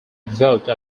vote